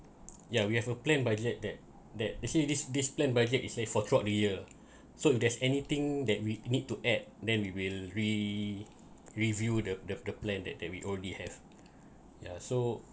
yeah we have a plan budget that that this this planned budget is like for throughout the year so if there's anything that we need to add then we will re~ review the the plan that that we only have ya so